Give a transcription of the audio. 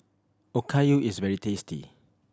okayu is very tasty